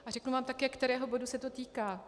A řeknu vám také, kterého bodu se to týká.